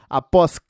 após